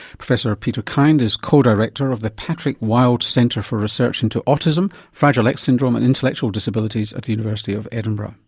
professor peter kind is co-director of the patrick wild centre for research into autism, fragile x syndrome and intellectual disabilities at the university of edinburgh